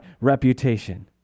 reputation